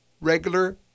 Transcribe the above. regular